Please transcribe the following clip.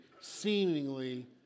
seemingly